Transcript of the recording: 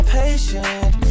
patient